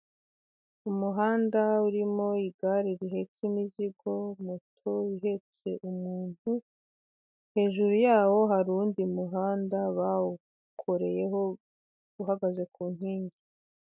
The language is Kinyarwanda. Umuhanda urimo igare rihetse imizigo, moto ihetse umuntu, hejuru yawo hari uwundi muhanda, bawukoreyeho uhagaze ku nkingi.